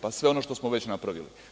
Pa sve ono što smo već napravili.